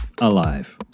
alive